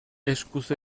eskuz